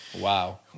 Wow